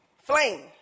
flame